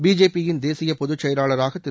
பிஜேபியின் தேசிய பொதுச் செயலாளராக திரு